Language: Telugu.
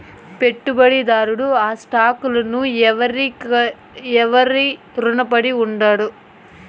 పెట్టుబడిదారుడు ఆ స్టాక్ లను ఎవురికైనా రునపడి ఉండాడు